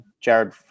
Jared